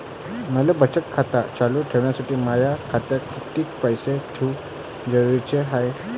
मले बचत खातं चालू ठेवासाठी माया खात्यात कितीक पैसे ठेवण जरुरीच हाय?